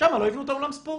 שם לא יבנו את אולם הספורט.